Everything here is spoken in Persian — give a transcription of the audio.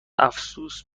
افسوس